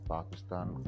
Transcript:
Pakistan